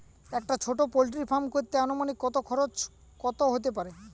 একটা ছোটো poultry farm করতে আনুমানিক কত খরচ কত হতে পারে?